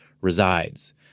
resides